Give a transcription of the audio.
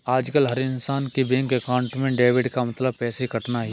आजकल हर इन्सान के बैंक अकाउंट में डेबिट का मतलब पैसे कटना ही है